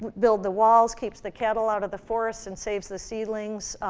but build the walls, keeps the cattle out of the forests and saves the seedlings,